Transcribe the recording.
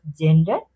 gender